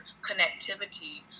connectivity